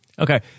Okay